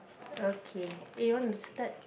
okay eh you want to start